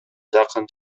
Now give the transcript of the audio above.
жакын